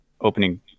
opening